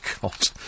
God